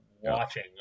watching